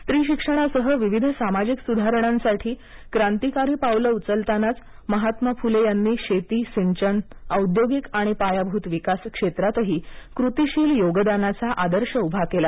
स्त्री शिक्षणासह विविध सामाजिक सुधारणांसाठी क्रांतीकारी पावलं उचलतानाच महात्मा फुले यांनी शेती सिंचन औद्योगिक आणि पायाभूत विकास क्षेत्रातही कृतीशील योगदानाचा आदर्श उभा केला